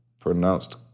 pronounced